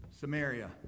Samaria